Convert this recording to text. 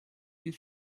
you